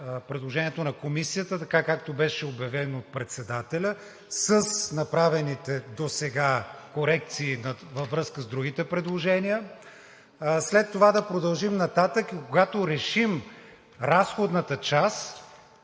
предложението на Комисията така, както беше обявено от председателя с направените досега корекции, във връзка с другите предложения, след това да продължим нататък и когато решим разходната част,